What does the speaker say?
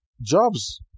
jobs